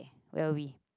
will be